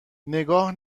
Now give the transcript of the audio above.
نگاه